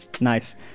Nice